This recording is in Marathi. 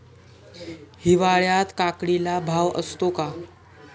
हिवाळ्यात काकडीला भाव असतो का?